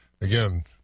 Again